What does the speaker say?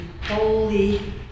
holy